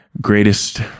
greatest